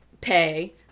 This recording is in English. pay